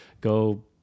go